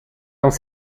dans